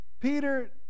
Peter